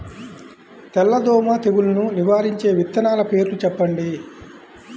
తెల్లదోమ తెగులును నివారించే విత్తనాల పేర్లు చెప్పండి?